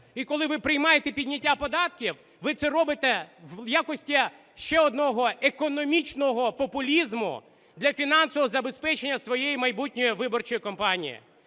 І коли ви приймаєте підняття податків, ви це робити в якості ще одного економічного популізму, для фінансового забезпечення своєї майбутньої виборчої кампанії.